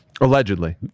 Allegedly